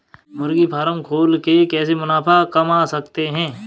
मुर्गी फार्म खोल के कैसे मुनाफा कमा सकते हैं?